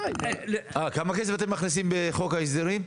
כמה כסף אתם מכניסים בחוק ההסדרים?